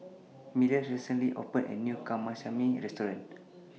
Milas recently opened A New Kamameshi Restaurant